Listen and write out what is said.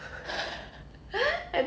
ya